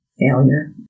failure